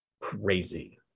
crazy